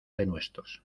denuestos